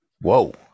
Whoa